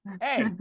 Hey